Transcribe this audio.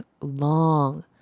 long